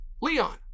Leon